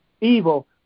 evil